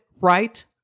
right